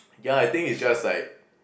yeah I think it's just like